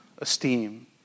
esteem